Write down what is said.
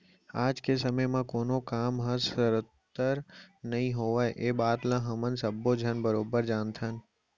आज के समे म कोनों काम ह सरोत्तर नइ होवय ए बात ल हमन सब्बो झन बरोबर जानथन